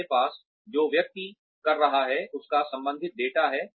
हमारे पास जो व्यक्ति कर रहा है उसका संबंधित डेटा है